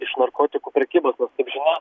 iš narkotikų prekybos nes kaip žinia